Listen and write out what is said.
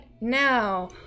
now